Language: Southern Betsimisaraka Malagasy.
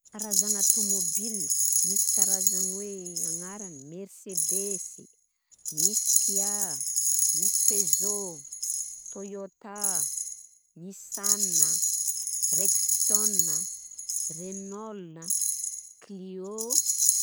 Karazagna tômôbily, misy karazagny hoe agnarany: Mersedesy, misy Kia, misy Peugeot, Toyota, Nissan, Rexton, Renault, Clio.